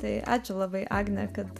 tai ačiū labai agne kad